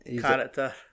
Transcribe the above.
character